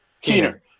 Keener